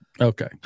Okay